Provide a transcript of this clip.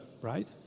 right